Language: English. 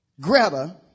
Greta